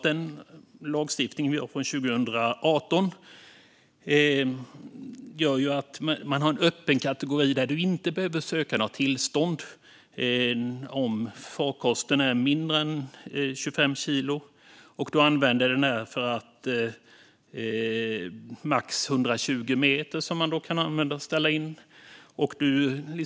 Den lagstiftning vi har från 2018 innebär att det finns en öppen kategori där man inte behöver söka något tillstånd om farkosten väger mindre än 25 kilo. Den används för max 120 meter, vilket kan ställas in.